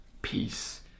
Peace